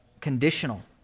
conditional